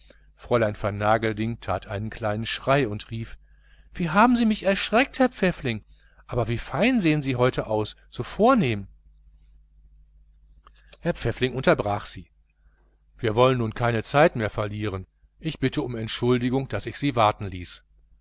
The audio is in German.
fräulein vernagelding tat einen kleinen schrei und rief wie haben sie mich erschreckt herr pfäffling aber wie fein sehen sie heute aus so elegant herr pfäffling unterbrach sie wir wollen nun keine zeit mehr verlieren bitte um entschuldigung daß ich sie warten ließ